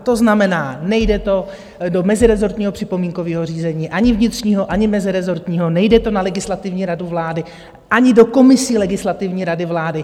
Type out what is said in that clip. To znamená, nejde to do mezirezortního připomínkového řízení, ani vnitřního, ani mezirezortního, nejde to na Legislativní radu vlády, ani do komisí Legislativní rady vlády.